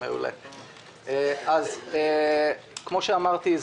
כפי שאמרתי,